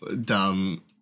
Dumb